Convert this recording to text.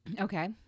okay